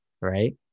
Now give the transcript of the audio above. Right